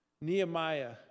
Nehemiah